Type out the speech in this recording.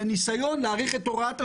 בניסיון להאריך את הוראת השעה,